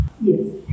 Yes